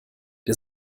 der